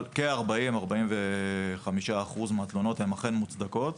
אבל כ-40% - 45% מהתלונות הן אכן מוצדקות.